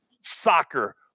soccer